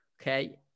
Okay